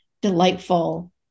delightful